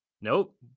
Nope